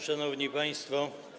Szanowni Państwo!